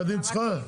עסקים.